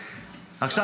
עכשיו,